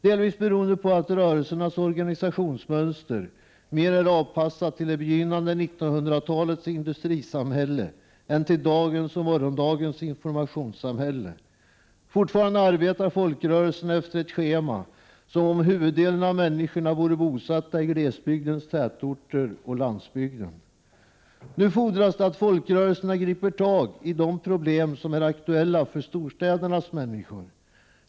Detta beror delvis på att rörelsernas organisationsmönster är mer avpassat till det begynnande 1900-talets industrisamhälle än till dagens och morgondagens informationssamhälle. Folkrörelserna arbetar fortfarande efter ett schema som grundar sig på att huvuddelen av människorna är bosatta i glesbygdens tätorter och på landsbygden. Nu fordras det att folkrörelserna griper tag i de problem som är aktuella för storstädernas människor.